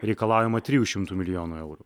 reikalaujama trijų šimtų milijonų eurų